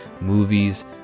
movies